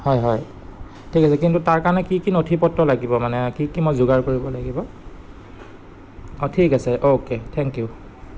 হয় হয় ঠিক আছে কিন্তু তাৰ কাৰণে কি কি নথি পত্ৰ লাগিব মানে কি কি মই যোগাৰ কৰিব লাগিব অঁ ঠিক আছে অ'কে থেংক ইউ